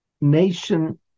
nation